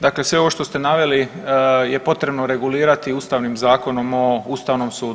Dakle, sve ovo što ste naveli je potrebno regulirati Ustavnim zakonom o ustavnom sudu.